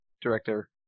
director